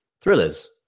thrillers